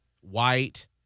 white